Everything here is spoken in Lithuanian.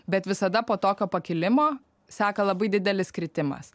bet visada po tokio pakilimo seka labai didelis kritimas